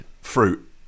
fruit